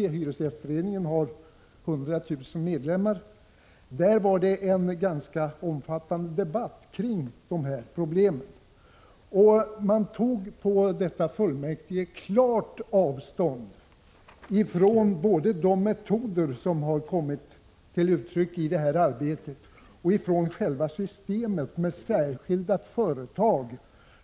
Det kan nämnas att hyresgästföreningen har 100 000 medlemmar. Vid detta tillfälle blev det en ganska omfattande debatt om de här problemen. Vid fullmäktigemötet tog man klart avstånd från de metoder som har använts i det här arbetet och också från systemet med särskilda företag,